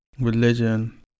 religion